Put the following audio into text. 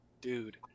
dude